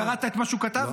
אתה קראת את מה שהוא כתב?